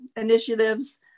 initiatives